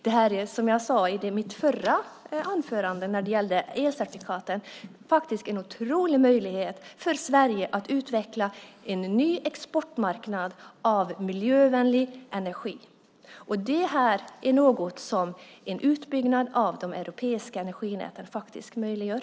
Det är, som jag sade i mitt förra anförande när det gällde elcertifikaten, en otrolig möjlighet för Sverige att utveckla en ny exportmarknad för miljövänlig energi. Och det är något som en utbyggnad av de europeiska energinäten faktiskt möjliggör.